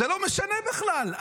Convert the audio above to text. זה לא משנה בכלל.